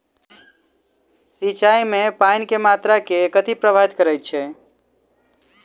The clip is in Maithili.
सिंचाई मे पानि केँ मात्रा केँ कथी प्रभावित करैत छै?